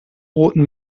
booten